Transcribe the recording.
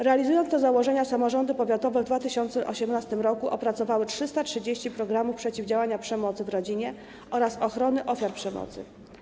Realizując te zadania, samorządy powiatowe w 2018 r. opracowały 330 programów przeciwdziałania przemocy w rodzinie oraz ochrony ofiar przemocy.